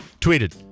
Tweeted